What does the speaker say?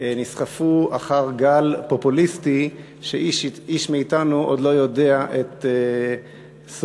נסחפו אחר גל פופוליסטי שאיש מאתנו עוד לא יודע את סופו.